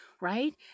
Right